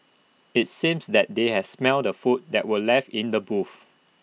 IT seems that they had smelt the food that were left in the booth